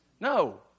No